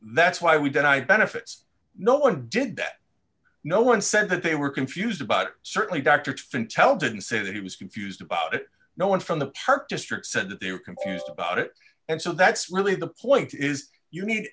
that's why we don't i benefits no one did that no one said that they were confused but certainly dr tell didn't say that he was confused about it no one from the park district said that they were confused about it and so that's really the point is you need